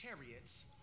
chariots